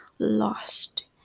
lost